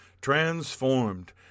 transformed